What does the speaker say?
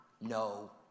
no